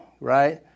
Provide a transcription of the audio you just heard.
right